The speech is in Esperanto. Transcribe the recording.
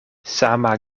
sama